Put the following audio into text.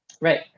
Right